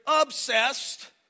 obsessed